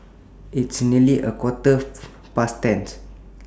its nearly A Quarter Past ten